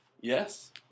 Yes